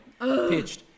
Pitched